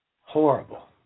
Horrible